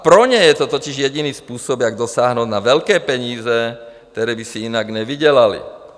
Pro ně je to totiž jediný způsob, jak dosáhnout na velké peníze, které by si jinak nevydělali.